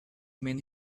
mean